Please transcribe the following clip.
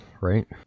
Right